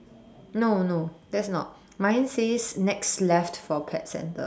no no that's not mine says next left for pet centre